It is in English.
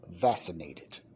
vaccinated